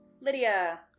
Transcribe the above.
Lydia